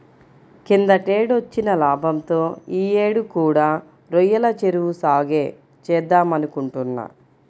కిందటేడొచ్చిన లాభంతో యీ యేడు కూడా రొయ్యల చెరువు సాగే చేద్దామనుకుంటున్నా